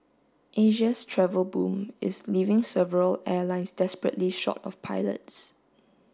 Asia's travel boom is leaving several airlines desperately short of pilots